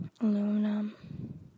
aluminum